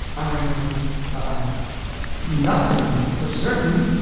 i i nothing, for certain.